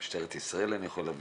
משטרת ישראל אני יכול להבין.